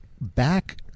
back